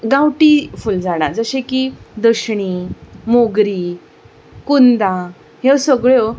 गांवठी फूल झाडां जशीं की दशणी मोगरीं कुंदां ह्यो सगळ्यो